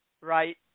right